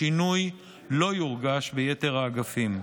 השינוי לא יורגש ביתר האגפים.